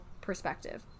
perspective